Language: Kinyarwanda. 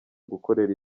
gukorera